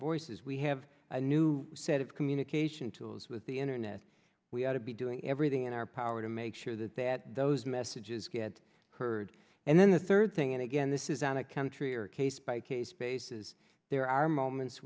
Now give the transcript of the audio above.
voices we have a new set of communication tools with the internet we ought to be doing everything in our power to make sure that that those messages get heard and then the third thing and again this is an account tree or case by case basis there are moments